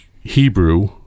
Hebrew